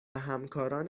همکاران